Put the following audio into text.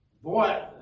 Boy